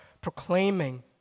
proclaiming